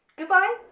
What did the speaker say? goodbye.